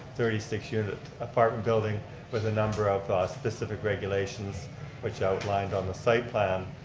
thirty six unit apartment building with a number of ah specific regulations which outlined on the site plan.